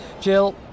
Jill